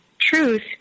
truth